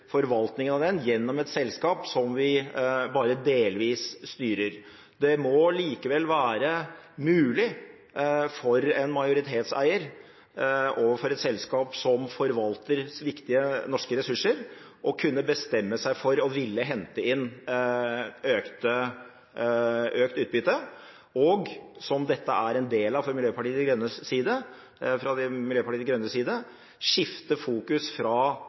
forvaltningen av den, gjennom et selskap som vi bare delvis styrer. Det må likevel være mulig for en majoritetseier, overfor et selskap som forvalter viktige norske ressurser, å kunne bestemme seg for å ville hente inn økt utbytte. Det må også være mulig – som dette er en del av fra Miljøpartiet De Grønnes side – å skifte fokus fra